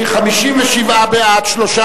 57 בעד, שלושה